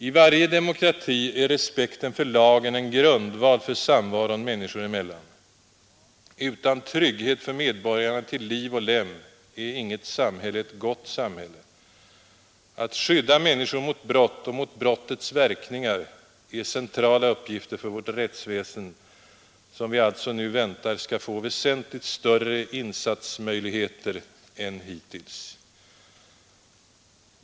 I varje demokrati är respekten för lagen en grundval för samvaron människor emellan. Utan trygghet för medborgarna till liv och lem är inget samhälle ett gott samhälle. Att skydda människor mot brott och mot brottets verkningar är centrala uppgifter för vårt rättsväsen, som vi alltså nu väntar skall få väsentligt större insatsmöjligheter än hittills.